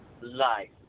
life